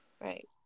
Right